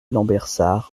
lambersart